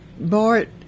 Bart